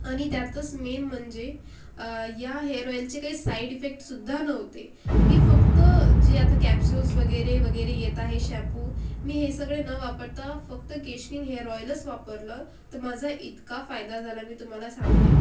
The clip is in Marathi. आणि त्यातच मेन म्हणजे या हेअर ऑईलचे काही साईड इफेक्टसुद्धा नव्हते मी फक्त जे आता कॅप्स्युल्स वगैरे वगैरे येत आहे शॅम्पू मी हे सगळे न वापरता फक्त केशकिंग हेअर ऑईलच वापरलं तर माझा इतका फायदा झाला मी तुम्हाला सांगते